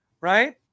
right